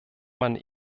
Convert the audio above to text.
man